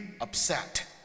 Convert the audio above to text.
upset